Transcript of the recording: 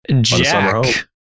Jack